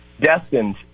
destined